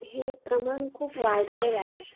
हे प्रमाण खूप वाढलेलं आहे